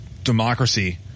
Democracy